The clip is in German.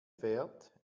fährt